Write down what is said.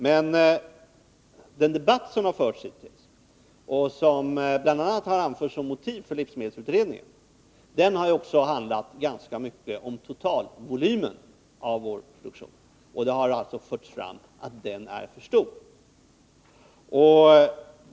Men den debatt som förts hittills och som bl.a. anförts som motiv för livsmedelsutredningen har också handlat ganska mycket om totalvolymen av vår produktion, och det har förts fram att den är för stor.